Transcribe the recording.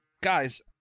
guys